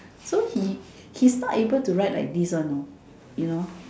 so he he is not able to write like this one you know you know